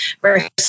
versus